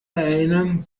erinnern